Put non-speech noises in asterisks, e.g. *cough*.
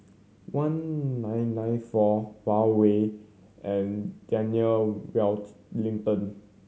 one nine nine four Huawei and Daniel *unintelligible*